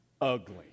ugly